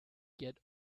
get